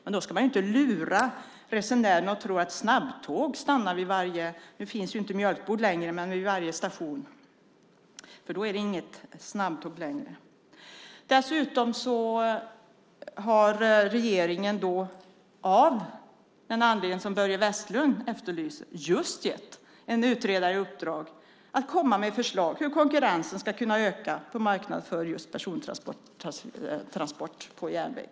Men man ska inte lura resenären att tro att snabbtåg stannar vid varje - nu finns inte mjölkbod längre - station, för då är det inget snabbtåg längre. Dessutom har regeringen av den anledning som Börje Vestlund tog upp gett en utredare i uppdrag att komma med förslag till hur konkurrensen ska kunna öka när det gäller persontransport på järnväg.